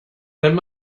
him